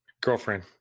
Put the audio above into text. girlfriend